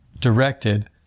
directed